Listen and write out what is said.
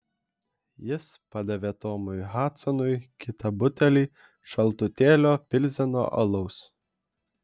jis padavė tomui hadsonui kitą butelį šaltutėlio pilzeno alaus